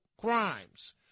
crimes